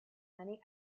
many